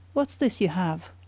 what's this you have?